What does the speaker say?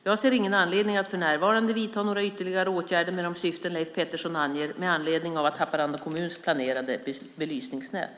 Jag ser ingen anledning att för närvarande vidta några ytterligare åtgärder med de syften Leif Pettersson anger med anledning av Haparanda kommuns planerade belysningsnät.